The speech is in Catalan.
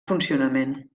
funcionament